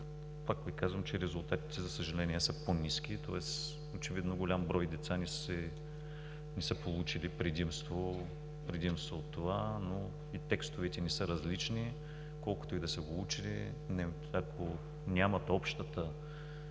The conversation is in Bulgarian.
Пак Ви казвам, че резултатите, за съжаление, са по-ниски, тоест очевидно голям брой деца не са получили предимство от това, но и текстовете не са различни. Колкото и да са го учили, ако нямат общата